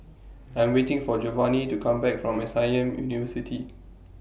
I Am waiting For Jovanni to Come Back from S I M University